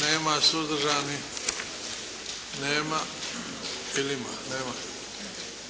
Nema. Suzdržani? Nema. Ili ima? Nema.